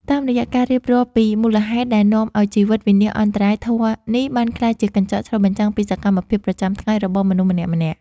តាមរយៈការរៀបរាប់ពីមូលហេតុដែលនាំឱ្យជីវិតវិនាសអន្តរាយ ធម៌នេះបានក្លាយជាកញ្ចក់ឆ្លុះបញ្ចាំងពីសកម្មភាពប្រចាំថ្ងៃរបស់មនុស្សម្នាក់ៗ។